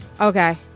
Okay